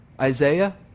Isaiah